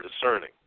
discerning